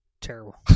Terrible